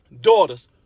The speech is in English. daughters